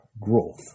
growth